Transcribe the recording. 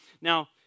Now